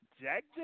Jack